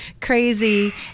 crazy